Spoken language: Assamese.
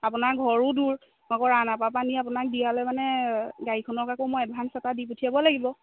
আপোনাৰ ঘৰো দূৰ আকৌ ৰাওনা পাৰাৰ পৰা নি আপোনাক দিয়ালে মানে গাড়ীখনৰক আকৌ মই এডভাঞ্চ এটা দি পঠিয়াব লাগিব